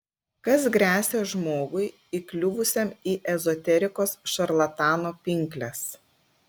kas gresia žmogui įkliuvusiam į ezoterikos šarlatano pinkles